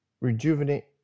rejuvenate